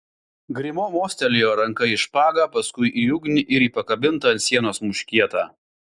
grimo mostelėjo ranka į špagą paskui į ugnį ir į pakabintą ant sienos muškietą